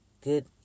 good